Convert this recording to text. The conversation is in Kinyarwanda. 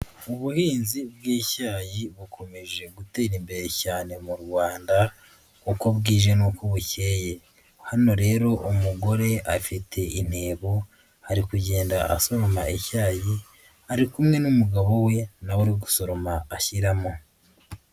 Ubuhinzi bw'icyayi bukomeje gutera imbere cyane mu Rwanda uko bwije n bukeye, hano rero umugore afite intebo ari kugenda asoroma icyayi ari kumwe n'umugabo we nawe uri gusoroma ashyiramo.